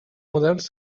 models